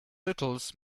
littles